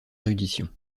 érudition